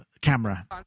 camera